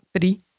Three